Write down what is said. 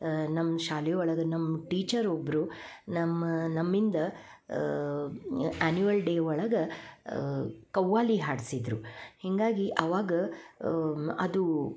ನಮ್ಮ ಶಾಲೆ ಒಳಗೆ ನಮ್ಮ ಟೀಚರ್ ಒಬ್ಬರು ನಮ್ಮ ನಮ್ಮಿಂದ ಆ್ಯನ್ಯುವಲ್ ಡೇ ಒಳಗೆ ಖವ್ವಾಲಿ ಹಾಡ್ಸಿದ್ದರು ಹೀಗಾಗಿ ಅವಾಗ ಅದು